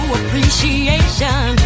appreciation